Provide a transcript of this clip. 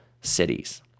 cities